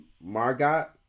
Margot